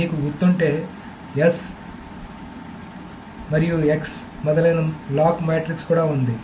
మీకు గుర్తుంటే S X మొదలైన లాక్ మాట్రిక్స్ కూడా ఉంది